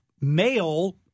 male